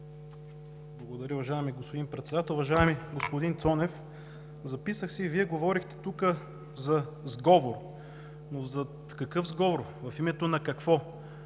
Благодаря. Уважаеми господин Председател! Уважаеми господин Цонев, записах си: Вие говорихте тук за сговор. Но за какъв сговор, в името на какво?